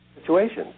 situations